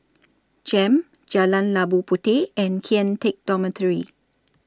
Jem Jalan Labu Puteh and Kian Teck Dormitory